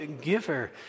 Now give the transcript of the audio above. giver